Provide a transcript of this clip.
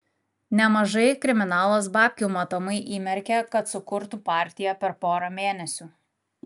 nemažai kriminalas babkių matomai įmerkė kad sukurtų partiją per porą mėnesių